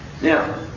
Now